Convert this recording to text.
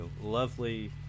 lovely